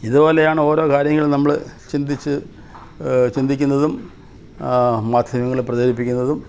ഇതുപോലെയാണ് ഓരോ കാര്യങ്ങളും നമ്മള് ചിന്തിച്ച് ചിന്തിക്കുന്നതും മാധ്യമങ്ങള് പ്രചരിപ്പിക്കുന്നതും